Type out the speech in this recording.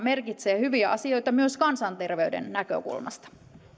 merkitsee hyviä asioita myös kansanterveyden näkökulmasta